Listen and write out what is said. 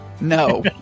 no